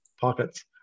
pockets